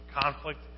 conflict